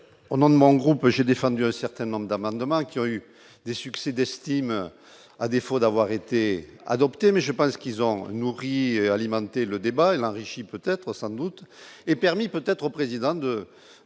au nom de mon groupe, j'ai défendu un certaine nombre d'amendements qui ont eu des succès d'estime, à défaut d'avoir été adopté mais je pense qu'ils ont nourri alimenter le débat, il enrichit peut-être sans doute est permis peut-être président de